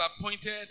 appointed